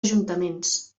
ajuntaments